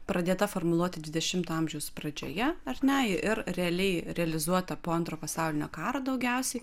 pradėta formuluoti dvidešimto amžiaus pradžioje ar ne ir realiai realizuota po antro pasaulinio karo daugiausiai